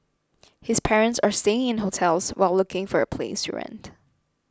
his parents are staying in hotels while looking for a place to rent